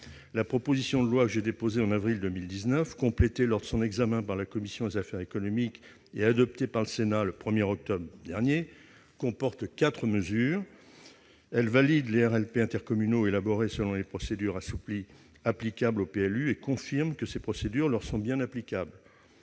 La proposition de loi que j'ai déposée en avril 2019, complétée lors de son examen par la commission des affaires économiques, et adoptée par le Sénat le 1 octobre dernier, comporte quatre mesures. Elle valide les RLP intercommunaux élaborés selon les procédures assouplies applicables au PLU. Elle confirme que ces procédures leur sont bien applicables